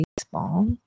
baseball